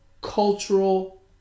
cultural